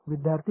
विद्यार्थीः